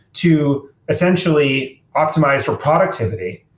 to essentially optimize for productivity,